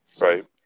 Right